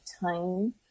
time